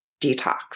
detox